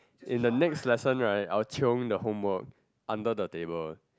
in the next lesson right I will chiong the homework under the table